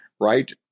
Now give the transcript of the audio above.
right